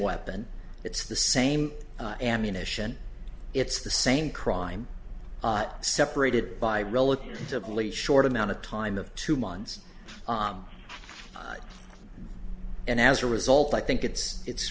weapon it's the same ammunition it's the same crime separated by relatively short amount of time of two months and as a result i think it's it's